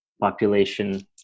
population